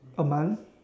a month